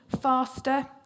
faster